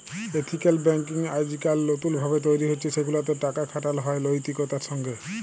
ethical banking আইজকাইল লতুল ভাবে তৈরি হছে সেগুলাতে টাকা খাটালো হয় লৈতিকতার সঙ্গে